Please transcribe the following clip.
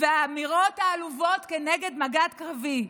והאמירות העלובות נגד מג"ד קרבי,